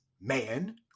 man